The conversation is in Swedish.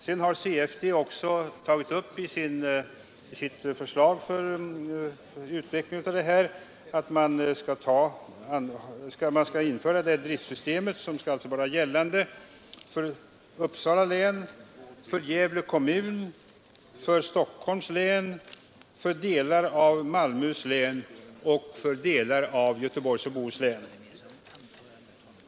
I sitt förslag om tillämpning av detta har CFD tagit upp att man önskar införa driftsystem I för Uppsala län, för Gävle kommun, för Stockholms län, för delar av Malmöhus län och för delar av Göteborgs och Bohus län.